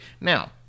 Now